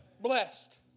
blessed